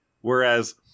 Whereas